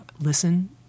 listen